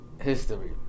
history